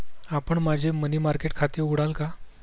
आपण माझे money market खाते उघडाल का?